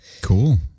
Cool